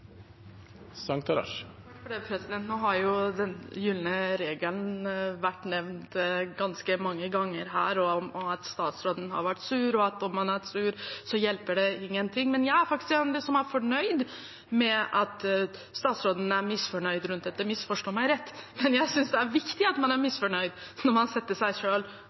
at statsråden har vært sur – og at om han er sur, hjelper det ingen ting. Jeg er faktisk en av dem som er fornøyd med at statsråden er misfornøyd med dette. Misforstå meg rett – jeg synes det er viktig at man er misfornøyd når man setter seg